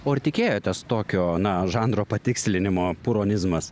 o ar tikėjotės tokio na žanro patikslinimo puronizmas